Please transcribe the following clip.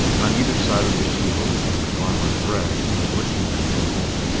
on either side of the shield stand a farmer in red and a militiaman in green.